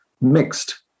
mixed